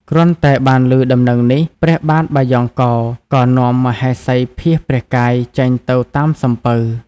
គ្រាន់តែបានឮដំណឹងនេះ ព្រះបាទបាយ៉ង់កោ ក៏នាំមហេសីភៀសព្រះកាយចេញទៅតាមសំពៅ។